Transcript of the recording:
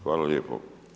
Hvala lijepo.